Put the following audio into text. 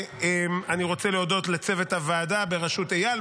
ואני רוצה להודות לצוות הוועדה בראשות איל,